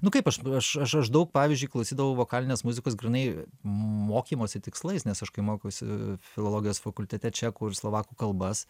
nu kaip aš aš aš daug pavyzdžiui klausydavau vokalinės muzikos grynai mokymosi tikslais nes aš kai mokiausi filologijos fakultete čekų ir slovakų kalbas